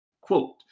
Quote